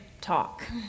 talk